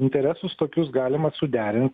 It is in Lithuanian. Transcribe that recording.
interesus tokius galima suderint